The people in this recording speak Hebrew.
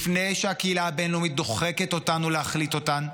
לפני שהקהילה הבין-לאומית דוחקת אותנו להחליט אותן,